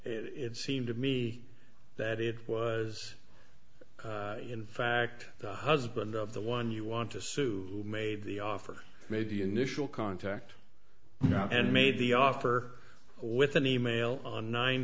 it seemed to me that it was in fact the husband of the one you want to sue made the offer made the initial contact and made the offer with an e mail on nine